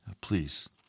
Please